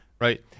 right